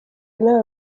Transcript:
n’aba